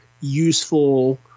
useful